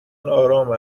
آرام